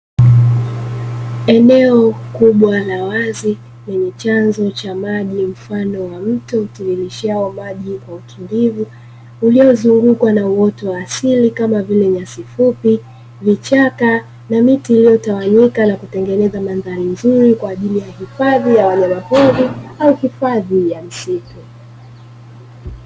Eneo kubwa la wazi lenye chanzo cha maji mfano wa mto utirirshao maji kwa utulivu, uliozungukwa na uoto wa asili kama vile nyasi fupi, vichaka, na miti iliyotawanyika kwa kutengeneza mandhari nzuri kwa ajili ya hifadhi ya wanyama pori, au hifadhi ya misitu.